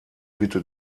bitte